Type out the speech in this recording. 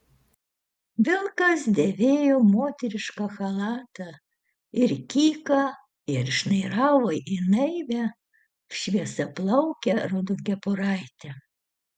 vilkas dėvėjo moterišką chalatą ir kyką ir šnairavo į naivią šviesiaplaukę raudonkepuraitę